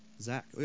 Zach